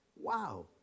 Wow